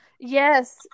Yes